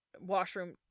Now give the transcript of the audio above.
washroom